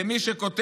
בידי מי שכותב